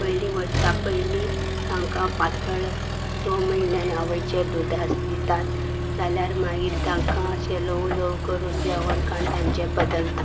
पयलीं वर्सा पयलीं तांकां पातळ स म्हयने आवयच्या दूद आस दितात जाल्यार मागीर तांकां अशें ल्हवू ल्हवू करून जेवण खाण तांचें बदलतात